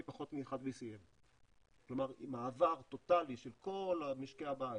היא פחות מ-1 BCM. כלומר מעבר טוטאלי של כל משקי הבית